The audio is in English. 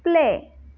play